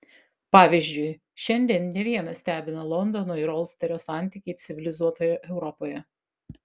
pavyzdžiui šiandien ne vieną stebina londono ir olsterio santykiai civilizuotoje europoje